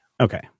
Okay